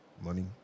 money